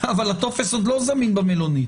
אבל הטופס עוד לא זמין במלונית,